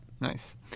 Nice